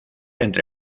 entre